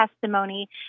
testimony